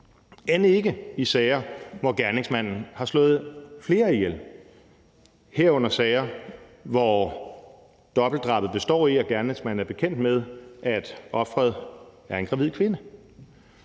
end ikke i sager, hvor gerningsmanden har slået flere ihjel, herunder sager, hvor dobbeltdrabet består i, at gerningsmanden er bekendt med, at ofret er en gravid kvinde.